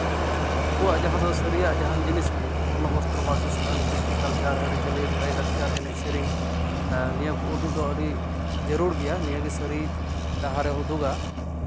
ᱟᱵᱚᱣᱟᱜ ᱡᱟᱦᱟᱸ ᱫᱚ ᱥᱟᱹᱨᱤᱭᱟᱜ ᱡᱟᱦᱟᱱ ᱡᱤᱱᱤᱥ ᱜᱮ ᱚᱱᱱᱚ ᱵᱚᱥᱛᱨᱚ ᱵᱟᱥᱚᱥᱛᱷᱟᱱ ᱠᱨᱤᱥᱴᱤ ᱠᱟᱞᱪᱟᱨ ᱟᱹᱨᱤᱼᱪᱟᱹᱞᱤ ᱞᱟᱭᱼᱞᱟᱠᱪᱟᱨ ᱮᱱᱮᱡ ᱥᱮᱨᱮᱧ ᱱᱤᱭᱟᱹ ᱠᱚ ᱩᱫᱩᱜ ᱫᱚ ᱟᱹᱰᱤ ᱡᱟᱹᱨᱩᱲ ᱜᱮᱭᱟ ᱱᱤᱭᱟᱹᱜᱮ ᱥᱟᱹᱨᱤ ᱰᱟᱦᱟᱨᱮ ᱩᱫᱩᱜᱟ